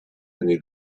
anni